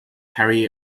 carry